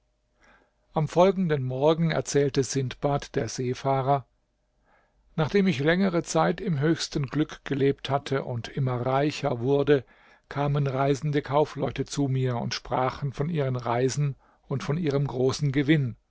am folgenden morgen erzählte sindbad der seefahrer nachdem ich längere zeit im höchsten glück gelebt hatte und immer reicher wurde kamen reisende kaufleute zu mir und sprachen von ihren reisen und von ihrem großen gewinn